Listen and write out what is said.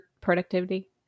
productivity